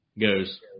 goes